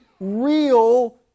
real